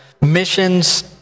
missions